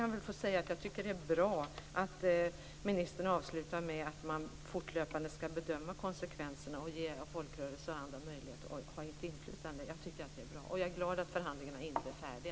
Jag vill också säga att jag tycker att det är bra att ministern avslutar med att säga att man fortlöpande skall bedöma konsekvenserna och ge folkrörelser och andra möjlighet att ha ett inflytande. Jag tycker att det är bra, och jag är glad att förhandlingarna inte är färdiga.